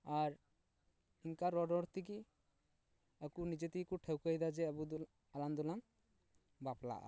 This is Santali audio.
ᱟᱨ ᱤᱱᱠᱟᱹ ᱨᱚᱲ ᱨᱚᱲ ᱛᱮᱜᱮ ᱟᱠᱚ ᱱᱤᱡᱮ ᱛᱮᱜᱮ ᱠᱚ ᱴᱷᱟᱹᱣᱠᱟᱹᱭᱮᱫᱟ ᱡᱮ ᱟᱵᱚ ᱫᱚ ᱟᱞᱟᱝ ᱫᱚᱞᱟᱝ ᱵᱟᱯᱞᱟᱜᱼᱟ